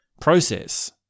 process